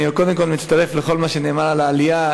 אני קודם כול מצטרף לכל מה שנאמר על העלייה.